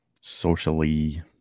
socially